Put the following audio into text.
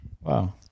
Wow